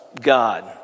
God